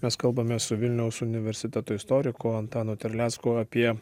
mes kalbame su vilniaus universiteto istoriku antanu terlecku apie